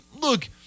look